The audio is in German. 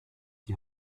die